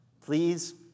please